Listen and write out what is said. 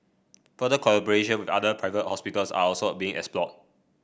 further collaboration with other private hospitals are also a being explored